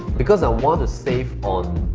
because i want to save on